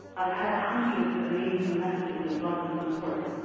i've had hundreds of amazing messages of love and support.